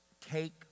take